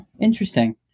interesting